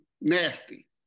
nasty